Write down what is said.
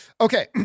Okay